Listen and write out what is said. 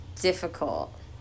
difficult